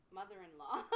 mother-in-law